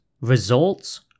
results